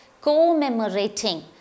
commemorating